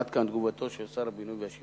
עד כאן תגובתו של שר הבינוי והשיכון.